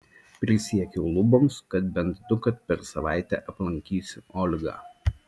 prisiekiau luboms kad bent dukart per savaitę aplankysiu olgą